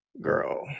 girl